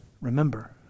Remember